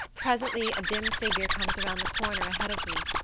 presently a dim figure comes around the corner ahead of me.